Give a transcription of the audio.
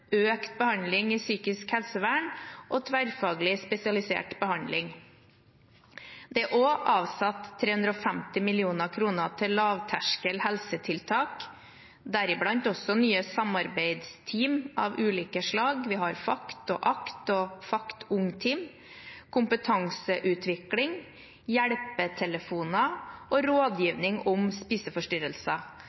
økt behandling i psykisk helsevern og tverrfaglig spesialisert behandling. Det er også avsatt 350 mill. kr til lavterskel helsetiltak, deriblant nye samarbeidsteam av ulike slag, vi har FACT-, ACT- og FACT Ung-team, kompetanseutvikling, hjelpetelefoner og Rådgivning om spiseforstyrrelser.